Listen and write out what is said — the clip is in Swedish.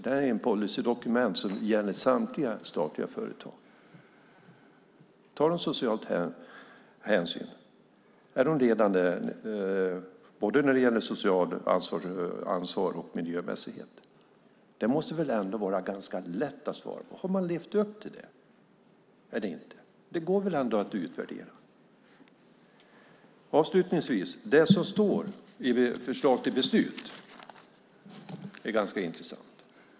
Det är ett policydokument som gäller samtliga statliga företag. Tar de sociala hänsyn? Är de ledande både när det gäller socialt ansvar och miljömässighet? Det måste väl ändå vara ganska lätt att svara på det. Har man levt upp till detta eller inte? Det går väl ändå att utvärdera? Det som står i förslaget till beslut är ganska intressant.